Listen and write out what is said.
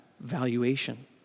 valuation